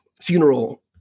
funeral